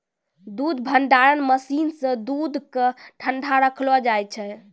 दूध भंडारण मसीन सें दूध क ठंडा रखलो जाय छै